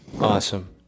Awesome